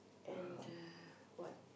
and the what